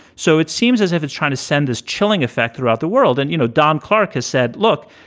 so it seems as if it's trying to send this chilling effect throughout the world. and, you know, don clark has said, look,